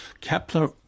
Kepler